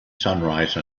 sunrise